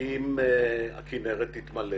אם הכינרת תתמלא